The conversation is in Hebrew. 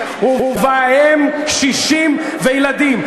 ובהם קשישים וילדים.